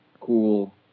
cool